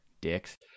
dicks